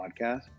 podcast